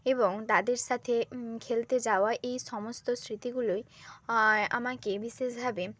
এবং তাদের সাথে খেলতে যাওয়া এই সমস্ত স্মৃতিগুলোই আমাকে বিশেষভাবে